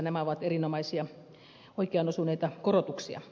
nämä ovat erinomaisia oikeaan osuneita korotuksia